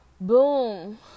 Boom